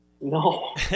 No